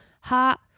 Ha